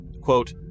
quote